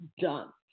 done